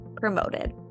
promoted